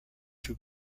too